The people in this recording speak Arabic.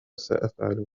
سأفعل